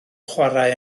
chwarae